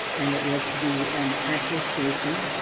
and it was to be an attestation,